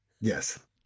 Yes